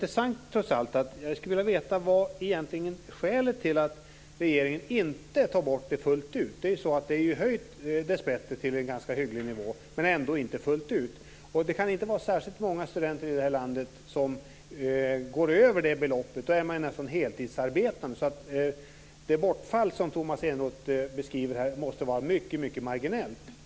Jag skulle vilja veta vad skälet är till att regeringen inte tar bort det fullt ut. Det är dessbättre höjt till en ganska hygglig nivå, men ändå inte fullt ut. Det kan inte vara särskilt många studenter i det här landet som går över det beloppet. Då är de nästan heltidsarbetande. Det bortfall som Tomas Eneroth beskriver måste vara mycket marginellt.